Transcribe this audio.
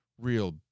Real